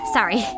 Sorry